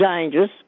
dangerous